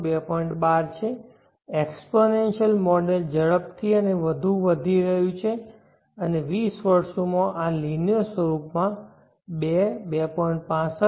12 છે exponential model ઝડપથી અને વધુ વધી રહ્યું છે અને 20 વર્ષોમાં આ લિનિયર સ્વરૂપ માં 2 2